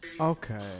Okay